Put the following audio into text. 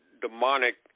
demonic